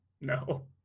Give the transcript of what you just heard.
No